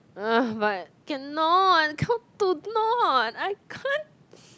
but cannot how to not I can't